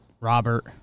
robert